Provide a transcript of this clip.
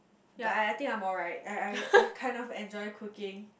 ya I I think I'm alright I I I kind of enjoy cooking